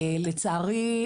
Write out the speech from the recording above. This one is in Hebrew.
לצערי,